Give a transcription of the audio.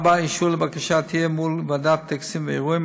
4. אישור לבקשה יהיה מול ועדת טקסים ואירועים,